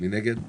מי נגד?